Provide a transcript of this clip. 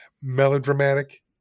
melodramatic